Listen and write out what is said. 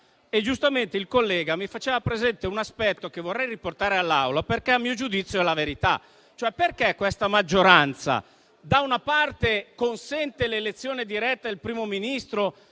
e giustamente il collega mi faceva presente un aspetto che vorrei riportare all'Assemblea, perché a mio giudizio è la verità. Perché questa maggioranza, da una parte, consente l'elezione diretta del Primo Ministro,